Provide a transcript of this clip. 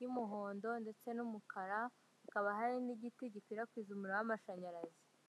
y'umuhondo ndetse n'umukara, hakaba hari n'igiti gikwirakwiza umuriro w'amashanyarazi.